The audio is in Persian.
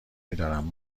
میدارم